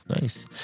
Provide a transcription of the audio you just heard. nice